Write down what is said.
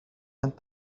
and